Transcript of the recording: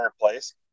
place